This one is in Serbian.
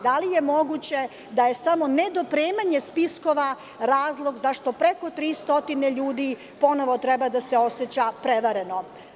Da li je moguće da je samo nedopremanje spiskova razlog zašto preko 300 ljudi ponovo treba da se oseća prevareno?